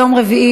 יום רביעי,